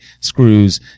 screws